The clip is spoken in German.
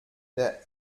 der